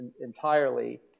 entirely